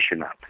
up